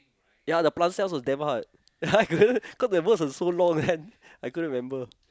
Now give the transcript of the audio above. ya the plant cells was damn hard like the cause the words was so long then I couldn't remember